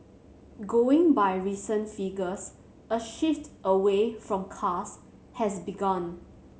going by recent figures a shift away from cars has begun